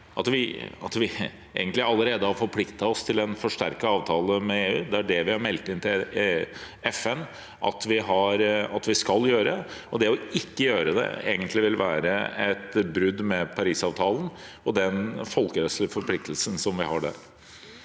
allerede har forpliktet oss til en forsterket avtale med EU? Det er det vi har meldt inn til FN at vi skal gjøre, og det å ikke gjøre det, vil egentlig være et brudd på Parisavtalen og den folkerettslige forpliktelsen vi har der.